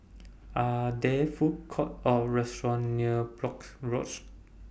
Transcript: Are There Food Courts Or restaurants near Brooke Road